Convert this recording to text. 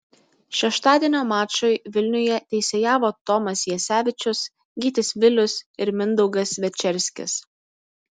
šeštadienio mačui vilniuje teisėjavo tomas jasevičius gytis vilius ir mindaugas večerskis